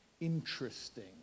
Interesting